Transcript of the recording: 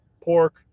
pork